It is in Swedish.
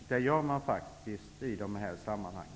Det gör man faktiskt i dessa sammanhang.